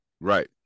Right